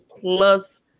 plus